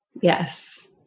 Yes